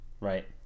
Right